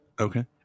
Okay